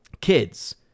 kids